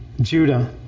Judah